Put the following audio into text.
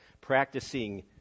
practicing